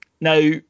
Now